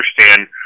understand